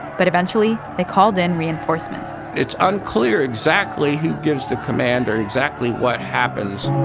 but eventually, they called in reinforcements it's unclear exactly who gives the command or exactly what happens